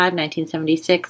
1976